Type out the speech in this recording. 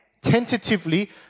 tentatively